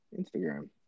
Instagram